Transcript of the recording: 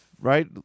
right